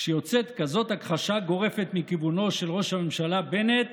כשיוצאת כזאת הכחשה גורפת מכיוונו של ראש הממשלה בנט